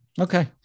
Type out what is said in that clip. Okay